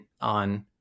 on